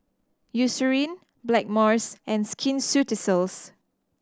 Eucerin Blackmores and Skin Ceuticals